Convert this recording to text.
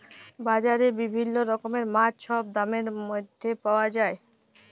বাজারে বিভিল্ল্য রকমের মাছ ছব দামের ম্যধে পাউয়া যায়